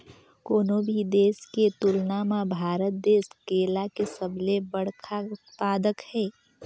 कोनो भी देश के तुलना म भारत देश केला के सबले बड़खा उत्पादक हे